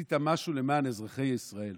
עשית משהו למען אזרחי ישראל,